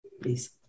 please